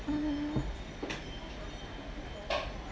uh